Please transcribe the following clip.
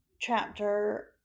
chapter